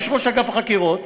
יש ראש אגף החקירות,